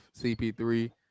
CP3